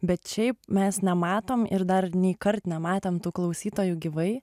bet šiaip mes nematom ir dar nei kart nematėm tų klausytojų gyvai